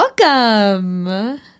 welcome